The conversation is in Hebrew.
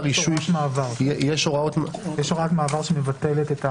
יש הוראת מעבר שמבטלת.